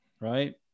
Right